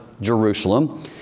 Jerusalem